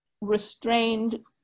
restrained